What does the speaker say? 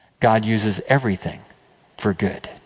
god uses everything for good.